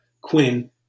Quinn